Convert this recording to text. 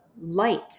light